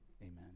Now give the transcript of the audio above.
Amen